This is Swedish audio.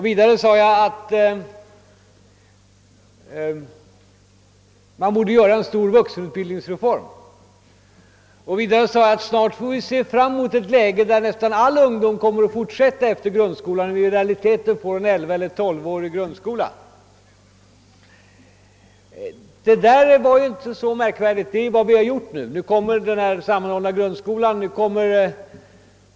Vidare sade jag att man borde genomföra en stor vuxenutbildningsreform. Jag sade även att vi snart får se fram emot ett läge, i vilket nästan all ungdom kommer att fortsätta efter grundskolan, varigenom vi i realiteten får en 11 eller 12-årig ungdomsskola. Detta var i och för sig inte så märkvärdigt, ty det är vad vi nu har gjort. Nu kommer den sammanhållna grundskolan.